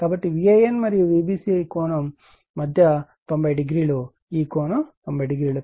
కాబట్టి VAN మరియు Vbc కోణం మధ్య కోణం 900 ఈ కోణం 0